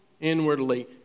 inwardly